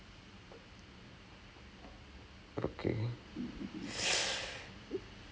work in progress அதான் எப்போடா எல்லாம் முடிச்சுட்டு:athaan eppodaa ellam mudichuttu I can get back to normal னு இருக்கு:nu irukku